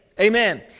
Amen